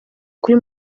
kuri